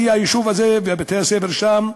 כי היישוב הזה ובתי-הספר שם,